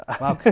Wow